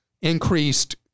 increased